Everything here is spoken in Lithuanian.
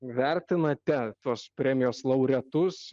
vertinate tos premijos laureatus